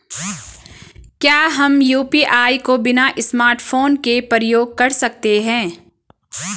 क्या हम यु.पी.आई को बिना स्मार्टफ़ोन के प्रयोग कर सकते हैं?